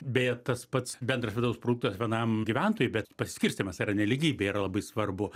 beje tas pats bendras vidaus produktas vienam gyventojui bet pasiskirstymas yra nelygybė yra labai svarbu